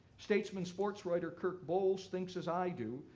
statesman sportswriter kirk bohls thinks as i do,